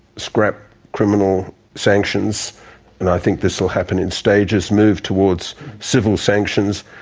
scrap criminal sanctions and i think this will happen in stages, move towards civil sanctions,